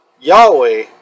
Yahweh